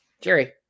Jerry